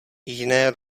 jiné